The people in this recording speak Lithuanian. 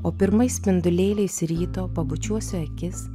o pirmais spinduliais ryto pabučiuosiu akis